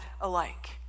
alike